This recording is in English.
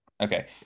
Okay